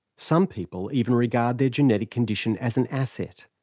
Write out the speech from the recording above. some people even regard their genetic condition as an asset.